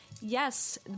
yes